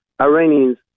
iranians